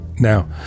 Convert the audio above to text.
Now